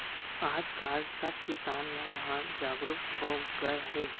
आज काल सब किसान मन ह जागरूक हो गए हे